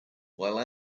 while